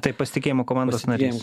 taip pasitikėjimo komandos narys